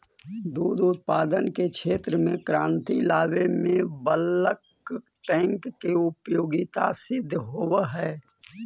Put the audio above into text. दुध उत्पादन के क्षेत्र में क्रांति लावे में बल्क टैंक के उपयोगिता सिद्ध होवऽ हई